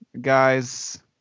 guys